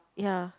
ya